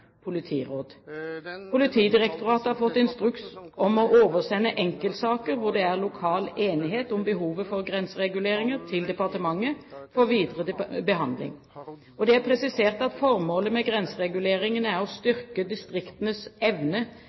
politiråd. Politidirektoratet har fått instruks om å oversende enkeltsaker der det er lokal enighet om behovet for grensereguleringer, til departementet for videre behandling. Det er presisert at formålet med grensereguleringene er å styrke distriktenes evne